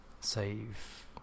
save